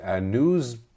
news